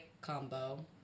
combo